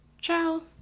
ciao